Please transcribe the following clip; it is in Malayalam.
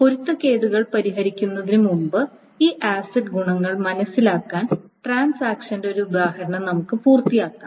പൊരുത്തക്കേടുകൾ പരിഹരിക്കുന്നതിന് മുമ്പ് ഈ ആസിഡ് ഗുണങ്ങൾ മനസിലാക്കാൻ ട്രാൻസാക്ഷന്റെ ഒരു ഉദാഹരണം നമുക്ക് പൂർത്തിയാക്കാം